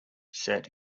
set